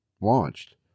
launched